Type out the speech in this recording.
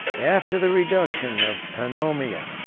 after the reduction of pannonia,